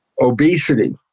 Obesity